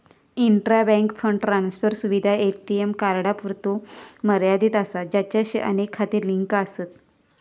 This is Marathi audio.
इंट्रा बँक फंड ट्रान्सफर सुविधा ए.टी.एम कार्डांपुरतो मर्यादित असा ज्याचाशी अनेक खाती लिंक आसत